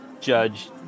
judge